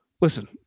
listen